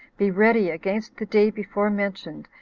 be ready against the day before mentioned,